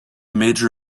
major